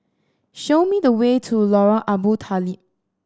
show me the way to Lorong Abu Talib